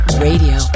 Radio